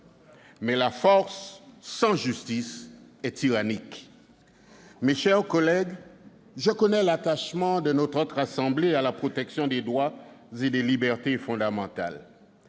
mais la force sans justice est tyrannique ». Mes chers collègues, je connais l'attachement de notre Haute Assemblée à la protection des droits et des libertés fondamentales.